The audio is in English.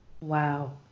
Wow